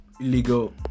illegal